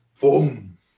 boom